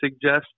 suggest